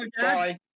Bye